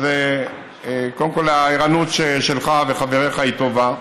אז קודם כול הערנות שלך ושל חבריך היא טובה.